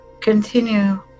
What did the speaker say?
continue